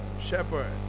shepherd